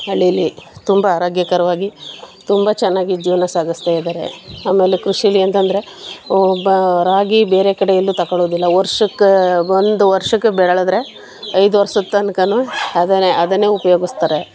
ಹಳ್ಳೀಲಿ ತುಂಬ ಆರೋಗ್ಯಕರವಾಗಿ ತುಂಬ ಚೆನ್ನಾಗಿ ಜೀವನ ಸಾಗಿಸ್ತಾ ಇದ್ದಾರೆ ಆಮೇಲೆ ಕೃಷೀಲಿ ಅಂತಂದರೆ ಒಬ್ಬ ರಾಗಿ ಬೇರೆ ಕಡೆ ಎಲ್ಲೂ ತಕ್ಕೊಳ್ಳೋದಿಲ್ಲ ವರ್ಷಕ್ಕೆ ಒಂದು ವರ್ಷಕ್ಕೆ ಬೆಳೆದ್ರೆ ಐದು ವರ್ಷದ ತನಕ ಅದನ್ನೆ ಅದನ್ನೇ ಉಪಯೋಗಿಸ್ತಾರೆ